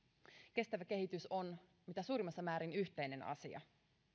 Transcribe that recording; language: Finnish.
kestävä kehitys on mitä suurimmassa määrin yhteinen asia